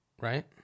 right